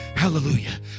Hallelujah